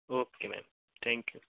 okay ma'am thank you